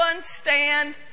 stand